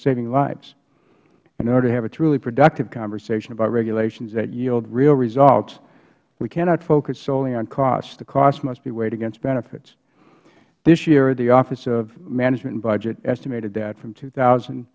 saving lives and in order to have a truly productive conversation about regulations that yield real results we cannot focus solely on cost the cost must be weighed against benefits this year the office of management and budget estimated that from two thousand